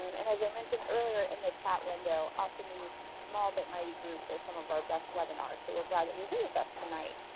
um and as i mentioned earlier in the chat window, often these small but mighty groups are some of our best webinars, so we're glad that you're here with us tonight.